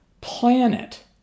planet